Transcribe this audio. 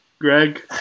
Greg